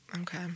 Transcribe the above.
Okay